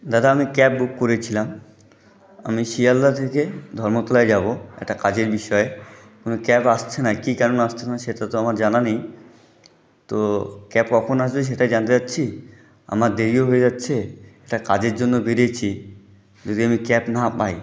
দাদা আমি cab book করেছিলাম আমি শিয়ালদা থেকে ধর্মতলায় যাব একটা কাজের বিষয়ে কোনও ক্যাব আসছে না কী কারণে আসছে না সেটা তো আমার জানা নেই তো ক্যাব কখন আসবে সেটা জানতে চাইছি আমার দেরিও হয়ে যাচ্ছে একটা কাজের জন্য বেরিয়েছি যদি আমি ক্যাব না পাই